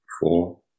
Four